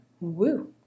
Woo